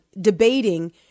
debating